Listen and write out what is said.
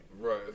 Right